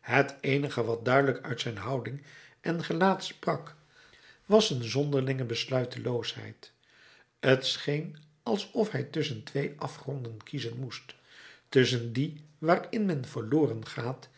het eenige wat duidelijk uit zijn houding en gelaat sprak was een zonderlinge besluiteloosheid t scheen alsof hij tusschen twee afgronden kiezen moest tusschen dien waarin men verloren gaat